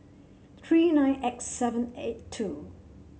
three nine X seven eight two